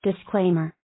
Disclaimer